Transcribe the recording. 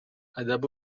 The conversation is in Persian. ادب